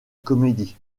comédie